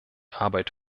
arbeit